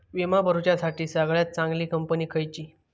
विमा भरुच्यासाठी सगळयात चागंली कंपनी खयची?